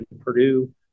Purdue